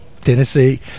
Tennessee